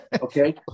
okay